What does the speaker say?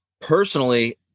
Personally